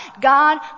God